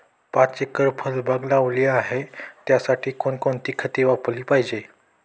पाच एकर फळबाग लावली आहे, त्यासाठी कोणकोणती खते वापरली पाहिजे?